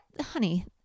honey